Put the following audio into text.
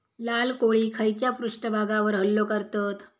लाल कोळी खैच्या पृष्ठभागावर हल्लो करतत?